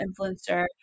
influencer